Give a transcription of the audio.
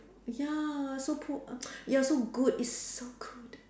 ya so poor ya so good it's so good